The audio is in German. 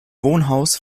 wohnhaus